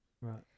Right